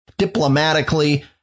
diplomatically